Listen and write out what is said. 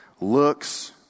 looks